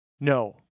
No